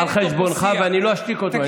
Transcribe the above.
על חשבונך, ואני לא אשתיק אותו.